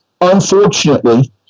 unfortunately